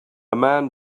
man